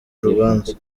urubanza